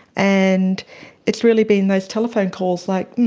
and it's really been those telephone calls, like,